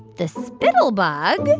the spittlebug.